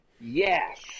Yes